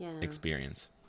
experience